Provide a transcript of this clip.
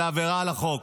זאת עבירה על החוק.